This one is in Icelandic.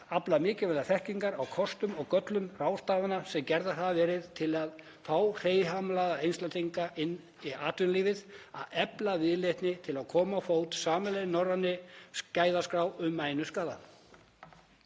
afla mikilvægrar þekkingar á kostum og göllum ráðstafana sem gerðar hafa verið til að fá hreyfihamlaða einstaklinga inn í atvinnulífið, að efla viðleitni til að koma á fót sameiginlegri norrænni gæðaskrá um mænuskaða.“